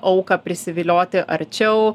auką prisivilioti arčiau